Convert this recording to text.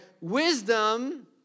Wisdom